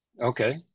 okay